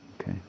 Okay